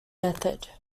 method